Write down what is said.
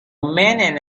man